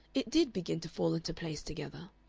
it did begin to fall into place together.